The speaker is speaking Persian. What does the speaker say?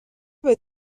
اون